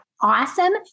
awesome